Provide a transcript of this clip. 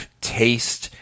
taste